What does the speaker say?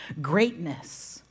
greatness